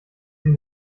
sie